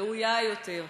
ראויה יותר,